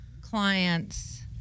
clients